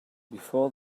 before